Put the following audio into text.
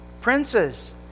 princes